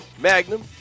Magnum